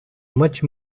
much